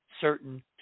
certain